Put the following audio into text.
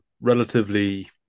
relatively